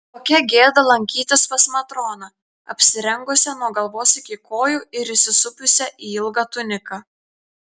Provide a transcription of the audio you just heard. kokia gėda lankytis pas matroną apsirengusią nuo galvos iki kojų ir įsisupusią į ilgą tuniką